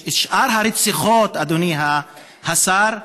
שאר הרציחות, אדוני השר,